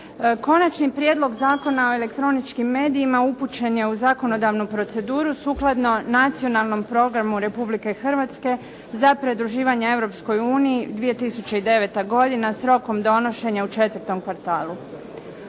Konačni prijedlog Zakona o elektroničkim medijima upućen je u zakonodavnu proceduru sukladno nacionalnom programu Republike Hrvatske za pridruživanje Europskoj uniji 2009. godina, s rokom donošenja u 4. kvartalu.